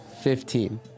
fifteen